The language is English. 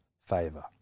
favor